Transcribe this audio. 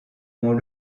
ont